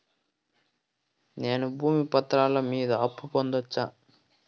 నేను భూమి పత్రాల మీద అప్పు పొందొచ్చా?